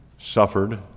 suffered